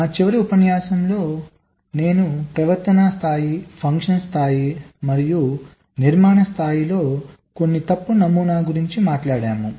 మా చివరి ఉపన్యాసంలో నేను ప్రవర్తన స్థాయి ఫంక్షన్ స్థాయి మరియు నిర్మాణ స్థాయిలో కొన్ని తప్పు నమూనా గురించి మాట్లాడాము